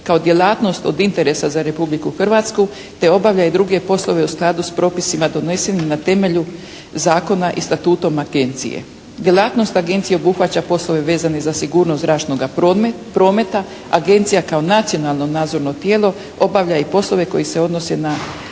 kao djelatnost od interesa za Republiku Hrvatsku te obavlja i druge poslove u skladu s propisima donesenim na temelju zakona i statutom agencije. Djelatnost agencije obuhvaća poslove vezane za sigurnost zračnoga prometa, agencija kao nacionalno nadzorno tijelo obavlja i poslove koji se odnose na